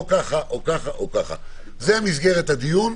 זו מסגרת הדיון.